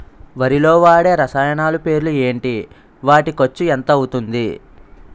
వరిలో వాడే రసాయనాలు పేర్లు ఏంటి? వాటి ఖర్చు ఎంత అవతుంది?